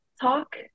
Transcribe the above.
talk